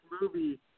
movie